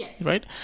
right